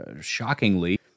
shockingly